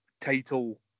title